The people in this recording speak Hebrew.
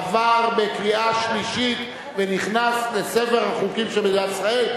עבר בקריאה שלישית ונכנס לספר החוקים של מדינת ישראל.